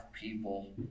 people